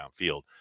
downfield